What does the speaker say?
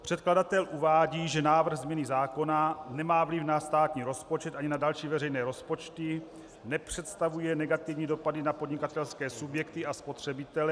Předkladatel uvádí, že návrh změny zákona nemá vliv na státní rozpočet ani na další veřejné rozpočty, nepředstavuje negativní dopady na podnikatelské subjekty a spotřebitele.